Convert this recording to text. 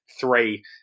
three